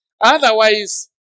Otherwise